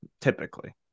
typically